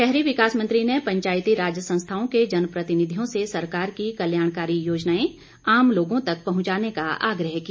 शहरी विकास मंत्री ने पंचायती राज संस्थाओं के जनप्रतिनिधियों से सरकार की कल्याणकारी योजनाएं आम लोगों तक पहुंचाने का आग्रह किया